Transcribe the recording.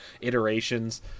iterations